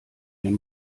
den